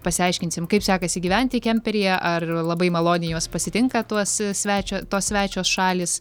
pasiaiškinsim kaip sekasi gyventi kemperyje ar labai maloniai juos pasitinka tuos svečią tos svečios šalys